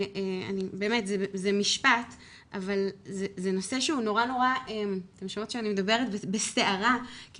זה משפט אבל זה נושא שהוא נורא אתן שומעות שאני מדברת בסערה כי